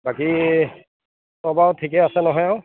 বাকী সব আৰু ঠিকে আছে নহয় আৰু